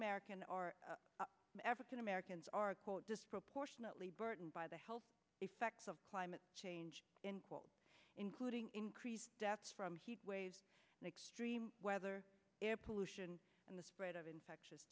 american are african americans are disproportionately burdened by the health effects of climate change in quote including increased deaths from heat waves and extreme weather air pollution and the spread of infectious